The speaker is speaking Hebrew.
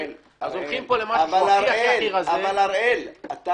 אז הולכים פה למשהו שהוא הכי רזה --- הראל, זה